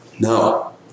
No